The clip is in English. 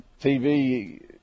TV